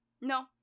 No